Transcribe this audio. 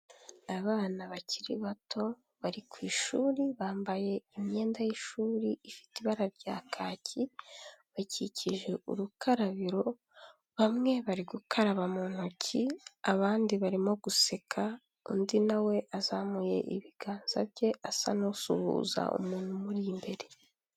Abana bakiri bato bari ku ishuri bambaye imyenda y'ishuri ifite ibara rya kaki bakikije urukarabiro bamwe bari gukaraba mu ntoki abandi barimo guseka undi nawe azamuye ibiganza bye asa n'usuhuza umuntu umuri imbere.